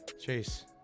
Chase